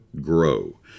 grow